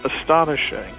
astonishing